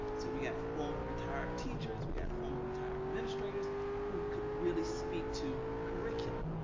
so we got former retired teachers, we got former retired administrators who could really speak to curriculum.